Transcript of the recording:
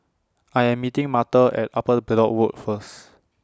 I Am meeting Martha At Upper Bedok Road First